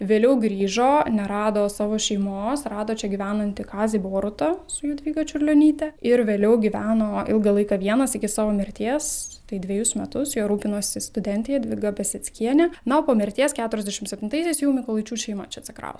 vėliau grįžo nerado savo šeimos rado čia gyvenantį kazį borutą su jadvyga čiurlionyte ir vėliau gyveno ilgą laiką vienas iki savo mirties tai dvejus metus juo rūpinosi studentė jadvyga peseckienė na o po mirties keturiasdešimt septintaisiais jau mykolaičių šeima čia atsikrausto